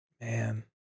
man